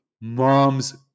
mom's